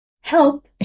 help